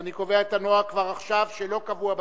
ואני קובע כבר עכשיו את הנוהג,